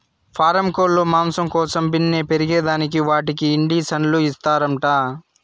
పారం కోల్లు మాంసం కోసం బిన్నే పెరగేదానికి వాటికి ఇండీసన్లు ఇస్తారంట